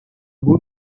بود